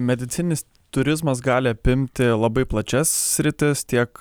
medicininis turizmas gali apimti labai plačias sritis tiek